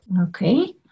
Okay